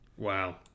Wow